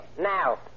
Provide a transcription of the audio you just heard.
Now